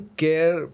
care